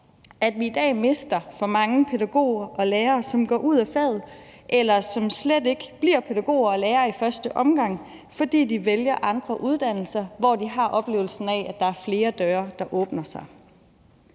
at vi i dag mister for mange pædagoger og lærere, som går ud af faget, eller som slet ikke bliver pædagoger og lærere i første omgang, fordi de vælger andre uddannelser, hvor de har oplevelsen af, at der er flere døre, der åbner sig.